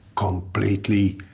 completely